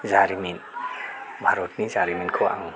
जारिमिन भारतनि जारिमिनखौ आङो